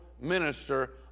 minister